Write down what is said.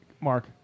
Mark